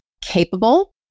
capable